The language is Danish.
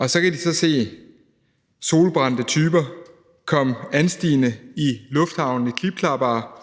de så kan se solbrændte typer komme anstigende i lufthavnen i klipklapper